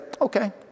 okay